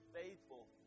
faithful